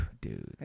dude